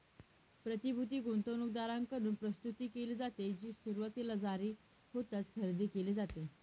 प्रतिभूती गुंतवणूकदारांकडून प्रस्तुत केली जाते, जी सुरुवातीला जारी होताच खरेदी केली जाते